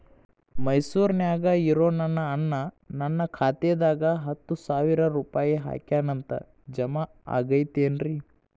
ಮೈಸೂರ್ ನ್ಯಾಗ್ ಇರೋ ನನ್ನ ಅಣ್ಣ ನನ್ನ ಖಾತೆದಾಗ್ ಹತ್ತು ಸಾವಿರ ರೂಪಾಯಿ ಹಾಕ್ಯಾನ್ ಅಂತ, ಜಮಾ ಆಗೈತೇನ್ರೇ?